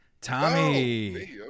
Tommy